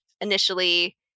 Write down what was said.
initially